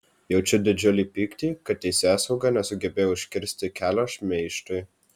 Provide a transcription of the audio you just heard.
jaučiu didžiulį pyktį kad teisėsauga nesugebėjo užkirsti kelio šmeižtui